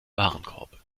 warenkorb